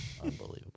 unbelievable